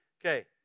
Okay